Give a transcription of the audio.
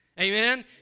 Amen